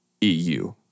EU